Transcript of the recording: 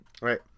right